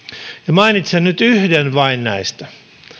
mainitsen nyt yhden vain näistä